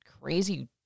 crazy